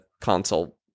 console